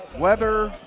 weather,